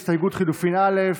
הצבעה.